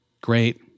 great